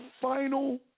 final